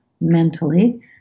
mentally